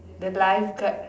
the lifeguard